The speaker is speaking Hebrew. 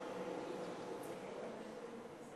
50),